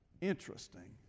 interesting